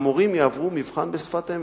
שהמורים יעברו מבחן בשפת אם.